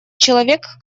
человек